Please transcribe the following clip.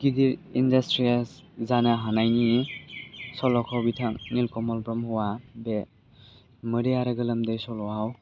गिदिर इनडासट्रियेस जानो हानायनि सल'खौ बिथां नीलकमल ब्रह्मआ बे मोदै आरो गोलोमदै सल'आव